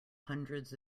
hundreds